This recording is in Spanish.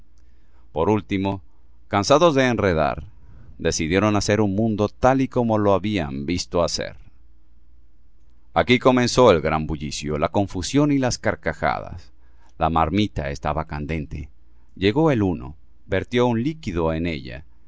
por último cansados de enredar decidieron hacer un mundo tal y como le habían visto hacer aquí comenzó el gran bullicio la confusión y las carcajadas la marmita estaba candente llegó el uno vertió un líquido en ella